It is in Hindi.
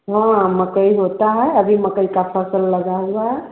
हाँ मकई होती है अभी मकई की फसल लगी हुई है